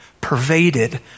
pervaded